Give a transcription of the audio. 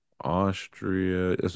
Austria